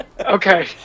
Okay